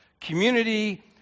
community